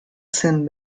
zen